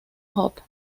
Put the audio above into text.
pop